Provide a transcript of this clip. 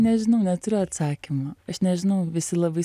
nežinau neturiu atsakymo aš nežinau visi labai